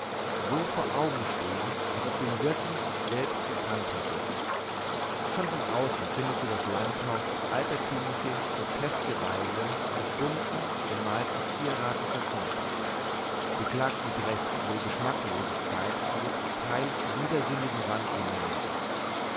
so vor augen stehen als ob du ihn wirklich selbst gekannt hättest schon von außen findest du das landhaus auf altertümliche groteske weise mit bunten gemalten zieraten verschmückt du klagst mit recht über die geschmacklosigkeit dieser zum teil widersinnigen